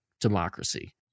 democracy